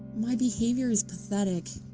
my behaviour is pathetic.